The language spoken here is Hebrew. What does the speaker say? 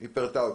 היא פירטה אותן.